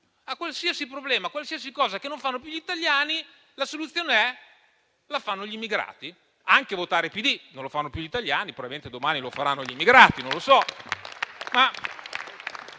qualsiasi problema, per qualsiasi cosa che non fanno più gli italiani, la soluzione è: la fanno gli immigrati. Anche votare PD: non lo fanno più gli italiani, probabilmente domani lo faranno gli immigrati. *(Applausi.